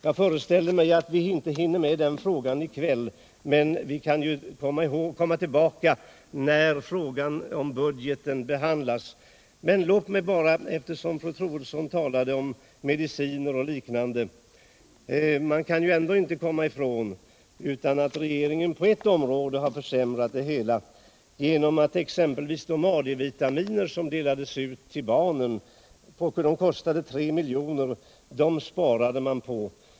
Jag föreställer mig att vi inte hinner med dessa frågor i kväll, men vi kan ju komma tillbaka till dem när budgeten skall behandlas. Låt mig ändå till slut säga, eftersom fru Troedsson bl.a. talade om mediciner, att man inte kan komma ifrån att regeringen har åstadkommit en försämring även på detta område. De AD-vitaminer som tidigare delades ut gratis till barnen kostade 3 milj.kr. Denna utgift har man nu sparat in.